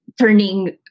turning